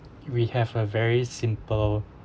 we have a very simple